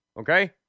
okay